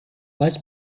weiß